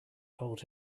told